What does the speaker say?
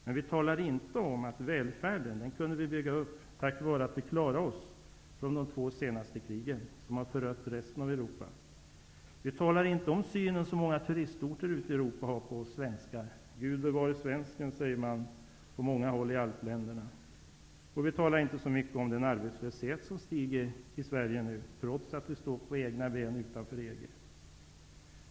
Vi talar emellertid inte om att vi har kunnat bygga upp vår välfärd tack vare att vi klarat oss från de två senaste krigen, vilka för rött resten av Europa. Vi talar inte om den syn som man på många turistorter har på oss svenskar. På många håll i alpländerna säger man: Gud bevare oss för svensken. Vi talar inte heller så mycket om den arbetslöshet som nu ökar i Sverige, trots att vi står på egna ben utanför EG.